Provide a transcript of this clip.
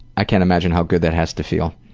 i can't imagine how good that has to feel.